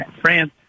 France